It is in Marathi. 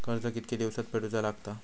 कर्ज कितके दिवसात फेडूचा लागता?